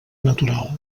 natural